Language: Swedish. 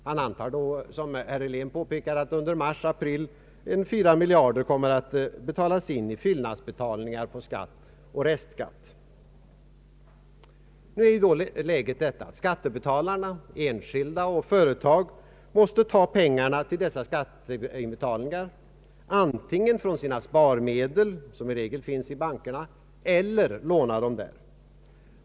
Han antar då — som herr Helén påpekade — att under mars och april kommer ungefär 4 miljarder att inflyta i form av fylinadsbetalningar på skatt och restskatt. Läget är då följande. Skattebetalarna, enskilda och företag, måste antingen ta pengarna till dessa skatteinbetalningar från sina sparmedel som i regel finns i bankerna eller låna dem där.